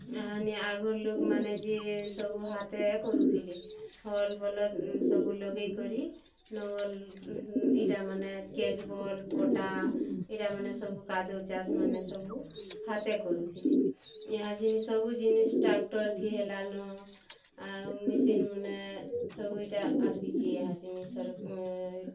ଏହାନେ ଆଗ୍ର ଲୋକମାନେ ଯିଏ ସବୁ ହାତେ କରୁଥିଲେ ହଲ୍ ବଲଦ୍ ସବୁ ଲଗେଇକରି ନଙ୍ଗଲ୍ ଏଇଟା ମାନେ କେଜ୍ ବଲ୍ ପଟା ଏଇଟା ମାନେ ସବୁ କାଦୁଅ ଚାଷ୍ମାନେ ସବୁ ହାତେ କରୁଥିଲେ ଇହାଯିନି ସବୁ ଜିନିସ୍ ଟ୍ରାକ୍ଟର୍ ଥି ହେଲାନ୍ ଆଉ ମେସିନ୍ମାନେ ସବୁ ଇଟା ଜିନିଷ୍ ଆସିଚେ